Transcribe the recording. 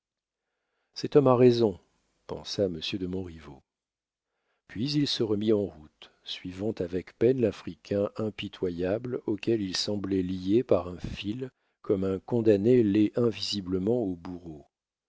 cet homme a raison pensa monsieur de montriveau puis il se remit en route suivant avec peine l'africain impitoyable auquel il semblait lié par un fil comme un condamné l'est invisiblement au bourreau